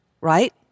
right